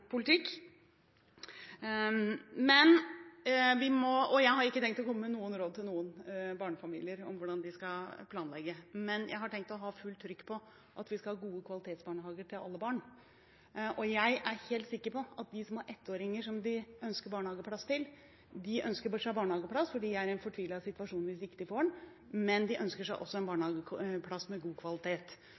politikk. Jeg har ikke tenkt å komme med noen råd til barnefamilier om hvordan de skal planlegge, men jeg har tenkt å ha fullt trykk på at vi skal ha gode kvalitetsbarnehager til alle barn. Og jeg er helt sikker på at de som har ettåringer som de ønsker barnehageplass til, ønsker seg barnehageplass fordi de er i en fortvilet situasjon hvis de ikke får den, men også en barnehageplass med god kvalitet. De ønsker seg en barnehageplass